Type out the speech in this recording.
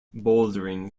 bouldering